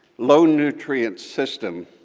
low nutrient system,